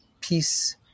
peace